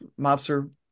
Mobster